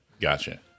Gotcha